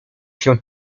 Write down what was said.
się